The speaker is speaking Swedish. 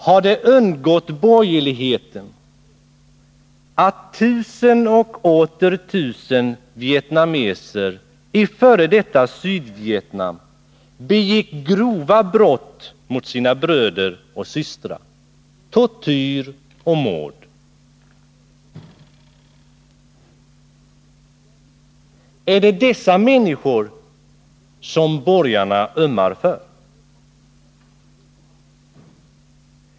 Har det undgått borgerligheten att tusen och åter tusen vietnameser f. d. Sydvietnam begick grova brott mot sina bröder och systrar — tortyr och mord? Är det dessa människor som borgarna ömmar för?